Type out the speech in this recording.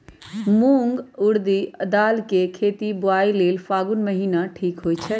मूंग ऊरडी दाल कें खेती बोआई लेल फागुन महीना ठीक होई छै